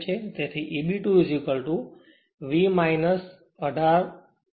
તેથી Eb 2 V 18 70